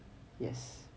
yes